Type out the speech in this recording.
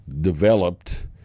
developed